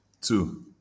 Two